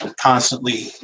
constantly